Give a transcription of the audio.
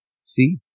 See